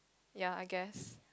ya I guess